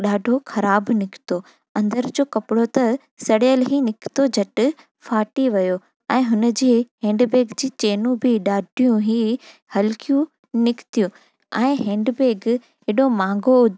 ॾाढो ख़राबु निकितो अंदर जो कपिड़ो त सड़ियलु ई निकितो झटि फाटी वियो ऐं हुन जे हैंडबैग जी चैनू बि ॾाढियूं ई हलकियूं निकितियूं ऐं हैंडबैग अहिड़ो महांगो